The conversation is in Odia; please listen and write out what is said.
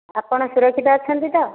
ଆପଣ ସୁରକ୍ଷିତ ଅଛନ୍ତି ତ